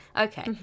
okay